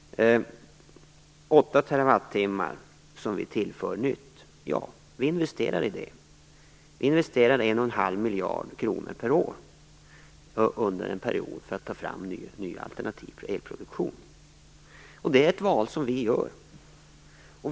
Vi tillför åtta terawattimmar. Ja, vi investerar i det. Vi investerar en och en halv miljard kronor per år under en period för att ta fram nya alternativ för elproduktion. Det är ett val som vi gör.